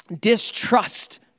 distrust